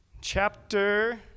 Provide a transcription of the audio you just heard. chapter